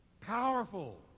Powerful